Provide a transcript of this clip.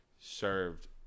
served